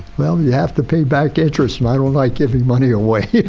well, you have to pay back interest and i don't like giving money away